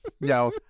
No